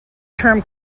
term